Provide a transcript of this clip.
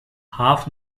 half